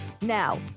Now